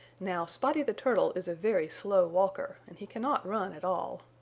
now spotty the turtle is a very slow walker, and he cannot run at all.